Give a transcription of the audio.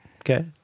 Okay